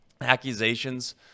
accusations